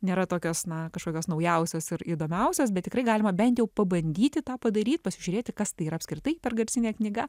nėra tokios na kažkokios naujausios ir įdomiausios bet tikrai galima bent jau pabandyti tą padaryt pasižiūrėti kas tai yra apskritai per garsinė knyga